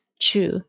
true